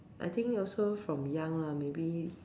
I think also from young lah maybe